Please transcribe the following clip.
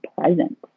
present